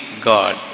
God